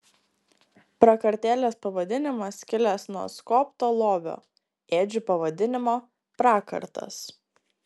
prakartėlės pavadinimas kilęs nuo skobto lovio ėdžių pavadinimo prakartas